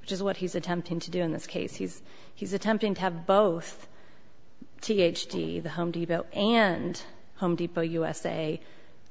which is what he's attempting to do in this case he's he's attempting to have both t h d the home depot and home depot usa